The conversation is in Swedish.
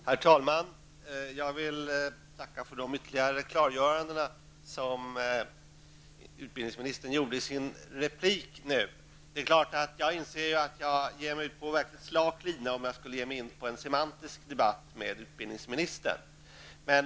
Herr talman! Jag vill tacka för de ytterligare klargöranden som utbildningsministern gjorde i sitt inlägg. Det är klart att jag inser att jag skulle ge mig ut på verkligt slak lina, om jag skulle ta upp en semantisk debatt med utbildningsministern.